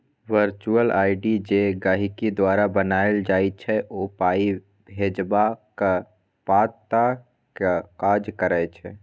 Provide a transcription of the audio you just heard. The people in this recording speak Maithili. बर्चुअल आइ.डी जे गहिंकी द्वारा बनाएल जाइ छै ओ पाइ भेजबाक पताक काज करै छै